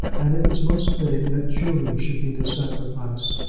and it was most fitting that julia should be the sacrifice.